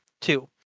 two